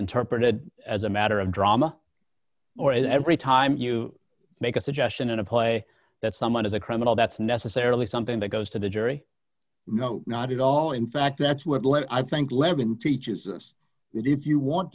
interpreted as a matter of drama or every time you make a suggestion in a play that someone is a criminal that's necessarily something that goes to the jury no not at all in fact that's what led i think leben teaches us that if you want